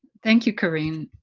thank you, corrine.